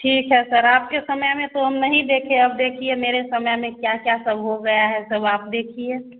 ठीक है सर आपके समय में तो हम नहीं देखे अब देखिए मेरे समय में क्या क्या सब हो गया है सब आप देखिए